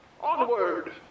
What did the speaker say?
Onward